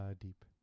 deep